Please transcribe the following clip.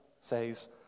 says